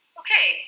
okay